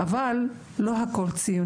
אבל ציונים זה לא הכול.